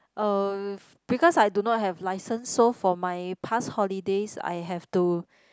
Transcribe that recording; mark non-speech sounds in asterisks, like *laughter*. err because I do not have licence so for my past holidays I have to *breath*